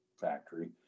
factory